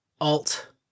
Alt